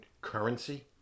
currency